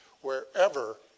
wherever